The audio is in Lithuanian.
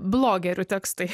blogerių tekstai